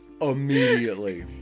immediately